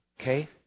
Okay